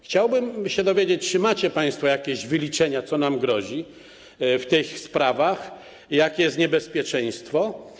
Chciałbym się dowiedzieć, czy macie państwo jakieś wyliczenia, co nam grozi w tych sprawach, jakie jest niebezpieczeństwo.